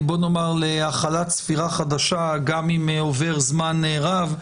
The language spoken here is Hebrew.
להחלת ספירה חדשה גם אם עובר זמן רב.